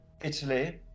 Italy